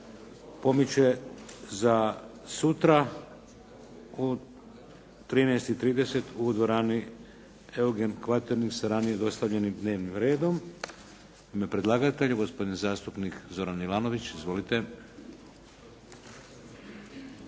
pomiče za sutra u 13,30 u dvorani "Eugen Kvaternik" sa ranije dostavljenim dnevnim redom. U ime predlagatelja, gospodin zastupnik Zoran Milanović.